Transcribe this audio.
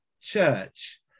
church